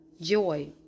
joy